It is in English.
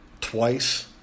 twice